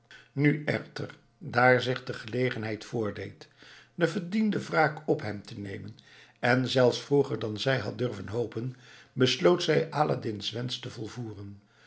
nu echter daar zich de gelegenheid voordeed de verdiende wraak op hem te nemen en zelfs vroeger dan zij had durven hopen besloot zij aladdin's wensch te volvoeren